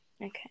okay